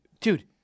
Dude